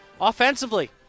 offensively